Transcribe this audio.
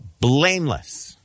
blameless